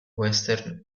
western